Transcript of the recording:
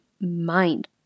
mind